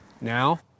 now